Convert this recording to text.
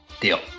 Deal